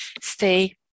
stay